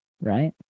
right